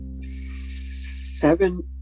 seven